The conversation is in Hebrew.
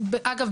אגב,